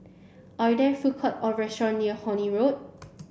are there food court or restaurant near Horne Road